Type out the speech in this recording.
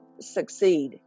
succeed